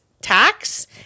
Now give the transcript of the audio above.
tax